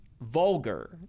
vulgar